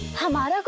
come on.